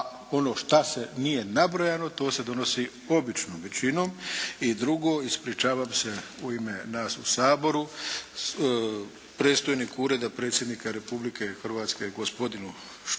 ono što se nije nabrojalo to se donosi običnom većinom. I drugo, ispričavam se u ime nas u Saboru predstojniku Ureda Predsjednika Republike Hrvatske gospodinu …/Govornik